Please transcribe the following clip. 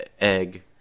egg